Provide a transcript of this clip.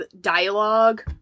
dialogue